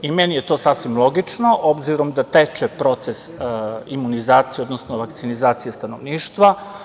Meni je to sasvim logično, obzirom da teče proces imunizacije, odnosno vakcinizacije stanovništva.